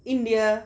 india